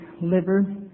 liver